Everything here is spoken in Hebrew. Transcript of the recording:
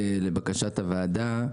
לבקשת הוועדה,